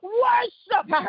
worship